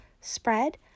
spread